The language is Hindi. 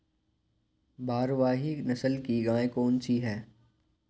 भारवाही नस्ल की गायें कौन सी हैं?